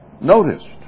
noticed